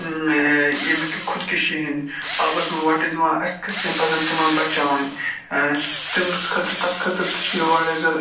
ییٚمہِ کہِ خُدکشی ہِنٛدۍ آبَس مَنٛز وۄٹہٕ دِوان اَسہِ کِتھ کٔنۍ پَزَن تِمَن بَچاوٕنۍ تٔمِس خٲطرٕ تَتھ خٲطرٕ تہِ چھِ یہِ واریاہ زیاد